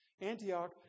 Antioch